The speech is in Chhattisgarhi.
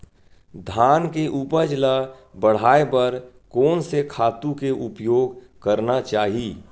धान के उपज ल बढ़ाये बर कोन से खातु के उपयोग करना चाही?